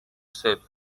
safe